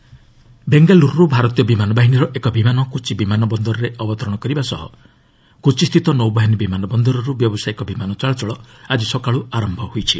Kerala situation ବେଙ୍ଗାଲୁରୁରୁ ଭାରତୀୟ ବିମାନ ବାହିନୀର ଏକ ବିମାନ କୋଚି ବିମାନ ବନ୍ଦରରେ ଅବତରଣ କରିବା ସହ କୋଚିସ୍ଥିତ ନୌବାହିନୀ ବିମାନ ବନ୍ଦରରୁ ବ୍ୟବସାୟିକ ବିମାନ ଚଳାଚଳ ଆଜି ସକାଳୁ ଆରମ୍ଭ ହୋଇଛି